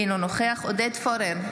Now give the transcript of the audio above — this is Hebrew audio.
אינו נוכח עודד פורר,